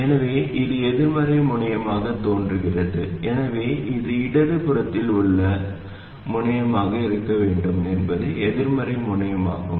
எனவே இது எதிர்மறை முனையமாகத் தோன்றுகிறது எனவே இது இடதுபுறத்தில் உள்ள முனையமாக இருக்க வேண்டும் என்பது எதிர்மறை முனையமாகும்